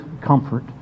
comfort